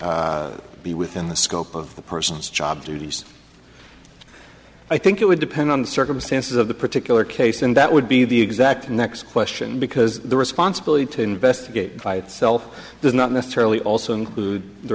be within the scope of the persons job duties i think it would depend on the circumstances of the particular case and that would be the exact next question because the responsibility to investigate by itself does not necessarily also include the